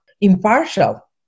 impartial